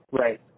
right